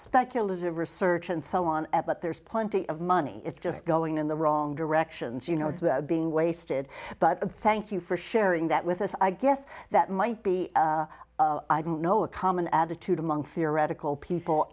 speculative research and so on but there's plenty of money it's just going in the wrong directions you know it's being wasted but thank you for sharing that with us i guess that might be i don't know a common attitude among theoretical people